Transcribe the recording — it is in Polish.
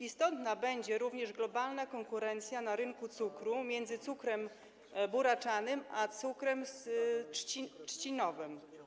Istotna będzie również globalna konkurencja na rynku cukru między cukrem buraczanym a cukrem trzcinowym.